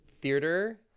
theater